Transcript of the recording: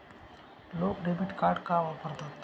लोक debit card का वापरतात?